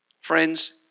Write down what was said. Friends